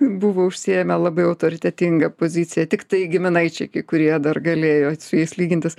buvo užsiėmę labai autoritetingą poziciją tiktai giminaičiai kai kurie dar galėjo su jais lygintis